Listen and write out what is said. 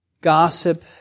gossip